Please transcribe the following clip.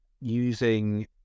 using